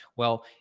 well,